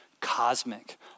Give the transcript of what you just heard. cosmic